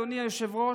אדוני היושב-ראש,